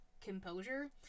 composure